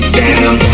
down